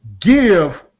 Give